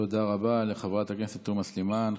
תודה רבה לחברת הכנסת תומא סלימאן.